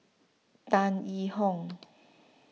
Tan Yee Hong